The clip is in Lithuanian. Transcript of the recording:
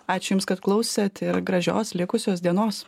ačiū jums kad klausėte ir gražios likusios dienos